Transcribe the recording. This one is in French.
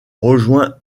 rejoint